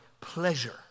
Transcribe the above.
pleasure